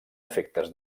efectes